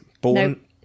Born